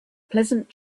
pleasant